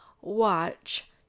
watch